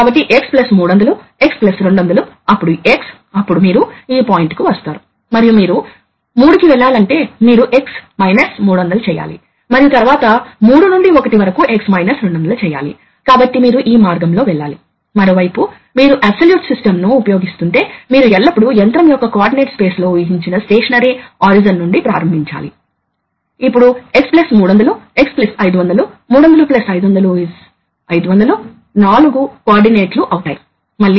కాబట్టి అది D నుండి A కన్వర్టర్ ద్వారా అవుట్పుట్ ఇవి A నుండి D కన్వర్టర్లు ఎందుకంటే ఈ సిగ్నల్స్ అనలాగ్ కాబట్టి వాటిని A నుండి D కి మార్చాలి ఇది మనకు ఉంది ఉదాహరణకు మేము చూపించాము ఇది డిజిటల్ ను ఉపయోగించడం కూడా సాధ్యమేనని సూచించడానికి చూపబడింది ఇది మైక్రోప్రాసెసర్ సిపియు మరియు ఇది మెమరీ కాబట్టి మైక్రోప్రాసెసర్ చివరకు డిజిటల్ కమాండ్ ఇస్తుంది